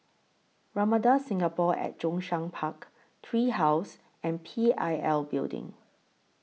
Ramada Singapore At Zhongshan Park Tree House and P I L Building